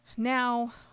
Now